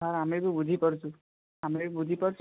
sir ଆମେ ବି ବୁଝିପାରୁଛୁ ଆମେ ବି ବୁଝିପାରୁଛୁ